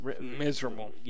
Miserable